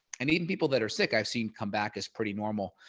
and even people that are sick, i've seen come back as pretty normal.